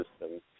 systems